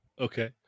Okay